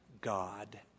God